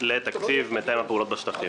לתקציב מתאם הפעולות בשטחים.